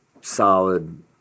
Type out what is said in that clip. solid